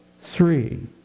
Three